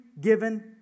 given